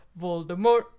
Voldemort